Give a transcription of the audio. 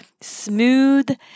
smooth